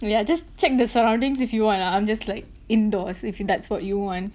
yeah just check the surroundings you see what ah I'm just like indoors if that's what you want